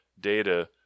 data